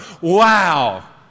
Wow